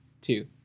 two